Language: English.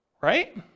right